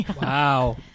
Wow